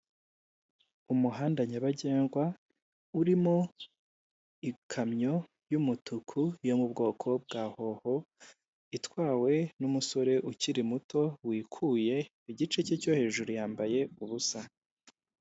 Umuhanda nyabagendwa urimo ikamyo y'umutuku yo mu bwoko bwa hoho, itwawe n'umusore ukiri muto, wikuye igice cye cyo hejuru yambaye ubusa.